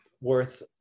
worth